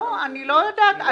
אני לא יודעת.